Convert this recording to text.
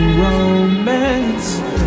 romance